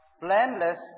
blameless